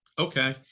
okay